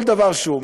כל דבר שהוא,